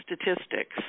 statistics